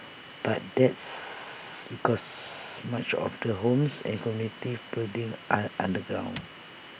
but that's because much of the homes and communities buildings are underground